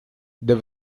there